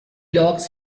logs